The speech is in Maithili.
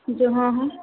जे हाँ हाँ